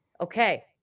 okay